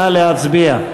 נא להצביע.